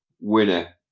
winner